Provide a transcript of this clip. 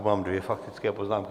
Mám dvě faktické poznámky.